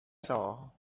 saw